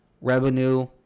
Revenue